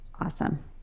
awesome